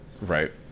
Right